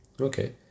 Okay